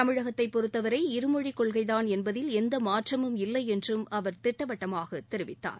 தமிழகத்தைப் பொறுத்தவரை இருமொழிக் கொள்கைதான் என்பதில் எந்த மாற்றமும் இல்லை என்றும் அவர் திட்டவட்டமாக தெரிவித்தார்